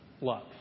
love